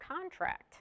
contract